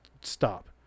stop